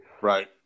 Right